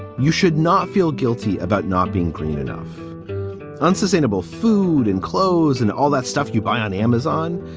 you should not feel guilty about not being green enough unsustainable food and clothes and all that stuff you buy on amazon.